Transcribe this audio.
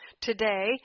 Today